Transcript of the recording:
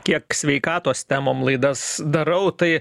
kiek sveikatos temom laidas darau tai